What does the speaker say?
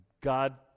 God